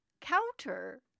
counter-